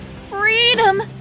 Freedom